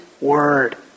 Word